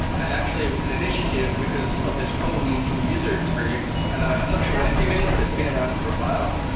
and actually, it was an initiative because of this problem from a user experience, and i am not sure when it came in, but it's been around for a while,